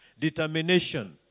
determination